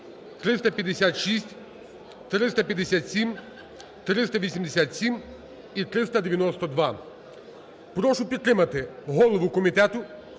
356, 357, 387 і 392. Прошу підтримати голову комітету